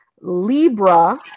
Libra